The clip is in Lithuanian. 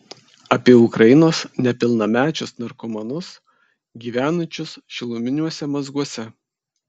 apie ukrainos nepilnamečius narkomanus gyvenančius šiluminiuose mazguose